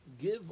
give